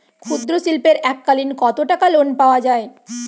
ক্ষুদ্রশিল্পের এককালিন কতটাকা লোন পাওয়া য়ায়?